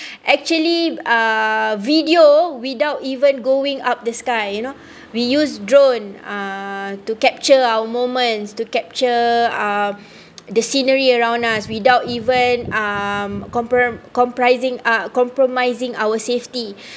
actually uh video without even going up the sky you know we used drone uh to capture our moments to capture um the scenery around us without even um compri~ comprising uh compromising our safety